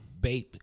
Bape